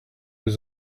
was